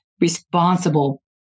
responsible